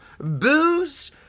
booze